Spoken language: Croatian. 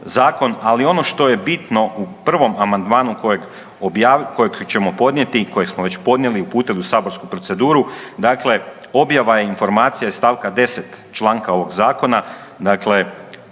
ali ono što je bitno u prvom amandmanu kojeg ćemo podnijeti, kojeg smo već podnijeli, uputili u saborsku proceduru, dakle objava je informacija iz stavka 10. članka ovog zakona, dakle